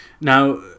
Now